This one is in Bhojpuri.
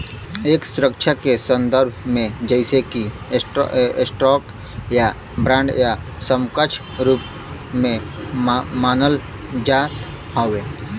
एक सुरक्षा के संदर्भ में जइसे कि स्टॉक या बांड या समकक्ष रूप में मानल जात हौ